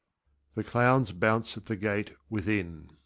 the clowns bounce at the gate, within.